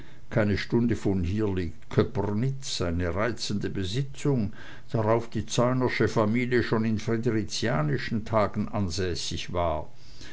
keine stunde von hier liegt köpernitz eine reizende besitzung drauf die zeunersche familie schon in friderizianischen tagen ansässig war